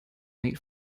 late